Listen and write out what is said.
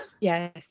Yes